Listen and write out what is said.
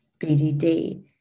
BDD